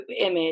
image